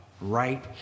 right